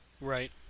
Right